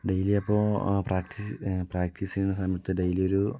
daily അപ്പോൾ practice practice ചെയ്യുന്ന സമയത്ത് ഡെയിലി ഒരു